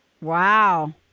Wow